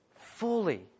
Fully